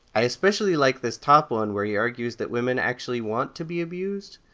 i especially like this top one where he argues that women actually want to be abused.